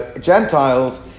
Gentiles